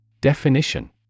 Definition